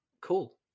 Cool